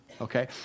Okay